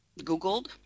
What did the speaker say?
googled